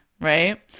right